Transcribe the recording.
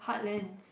heartlands